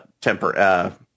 temper